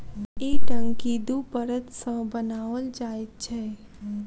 ई टंकी दू परत सॅ बनाओल जाइत छै